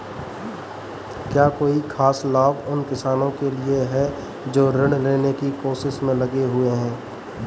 क्या कोई खास लाभ उन किसानों के लिए हैं जो ऋृण लेने की कोशिश में लगे हुए हैं?